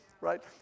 right